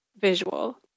visual